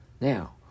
Now